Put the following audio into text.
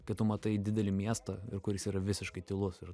kai tu matai didelį miestą ir kuris yra visiškai tylus ir